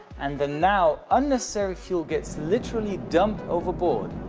and then now, unnecessary fuel gets literally dumped overboard.